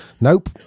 Nope